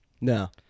No